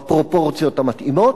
בפרופורציות המתאימות.